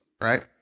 right